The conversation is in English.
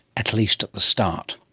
at least at the start.